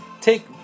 take